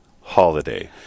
holiday